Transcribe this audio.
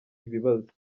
ibibazo